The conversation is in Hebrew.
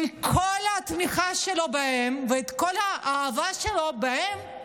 עם כל התמיכה שלו בהם ועם כל האהבה שלו אליהם,